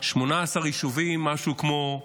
18 יישובים, ומשהו כמו 24,000,